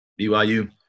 BYU